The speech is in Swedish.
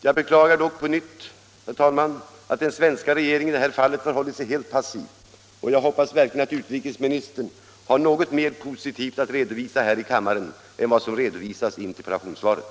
Jag beklagar dock på nytt att den svenska regeringen i det här fallet förhållit sig helt passiv, och jag hoppas verkligen att utrikesministern har något mera positivt att redovisa här i kammaren i dag än det som framgår av interpellationssvaret.